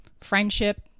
friendship